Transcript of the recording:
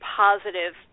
positive